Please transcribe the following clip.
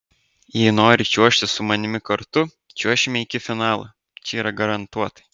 jei nori čiuožti su manimi kartu čiuošime iki finalo čia yra garantuotai